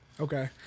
Okay